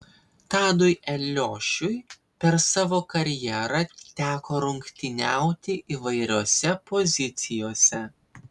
tadui eliošiui per savo karjerą teko rungtyniauti įvairiose pozicijose